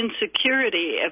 insecurity